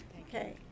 okay